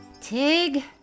Tig